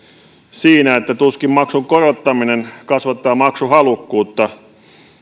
siinä että tuskin maksun korottaminen kasvattaa maksuhalukkuutta